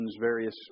various